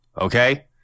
okay